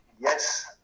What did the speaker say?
yes